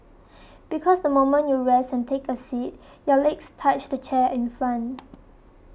because the moment you rest and take a seat your legs touch the chair in front